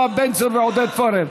יואב בן צור ועודד פורר.